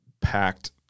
packed